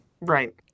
Right